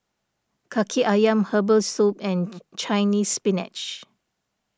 Kaki Ayam Herbal Soup and Chinese Spinach